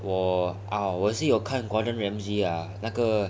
我 ah 我也是有看 gordon ramsay ah 那个